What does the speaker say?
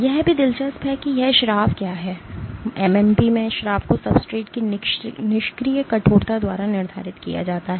यह भी दिलचस्प है कि यह स्राव क्या है MMP के इस स्राव को सब्सट्रेट की निष्क्रिय कठोरता द्वारा निर्धारित किया जाता है